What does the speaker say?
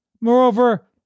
Moreover